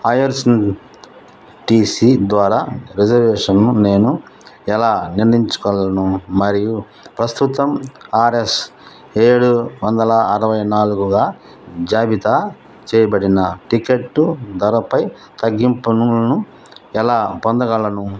IRCTC ద్వారా రిజర్వేషన్ను నేను ఎలా నిర్ధారించగలను మరియు ప్రస్తుతం ఆర్ఎస్ ఏడు వందల అరవై నాలుగుగా జాబితా చేయబడిన టికెట్టు ధరపై తగ్గింపులను ఎలా పొందగలను